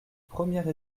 première